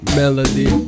melody